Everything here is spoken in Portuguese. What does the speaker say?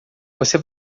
você